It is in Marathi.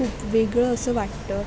खूप वेगळं असं वाटतं